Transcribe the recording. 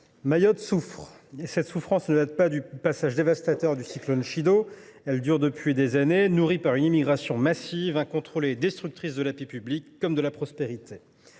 Mayotte souffre, et sa souffrance ne date pas du passage dévastateur du cyclone Chido. Elle dure depuis des années, nourrie par une immigration massive, incontrôlée et destructrice de la paix publique comme de la prospérité.